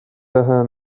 لها